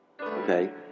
okay